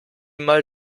mal